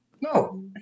No